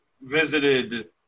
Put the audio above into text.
visited